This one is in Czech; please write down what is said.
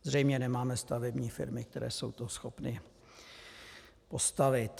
Zřejmě nemáme stavební firmy, které jsou to schopny postavit.